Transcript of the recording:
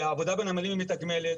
והעבודה בנמלים היא מתגמלת.